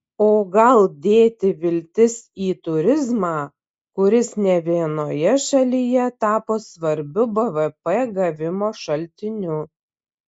o gal dėti viltis į turizmą kuris ne vienoje šalyje tapo svarbiu bvp gavimo šaltiniu